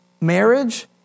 Marriage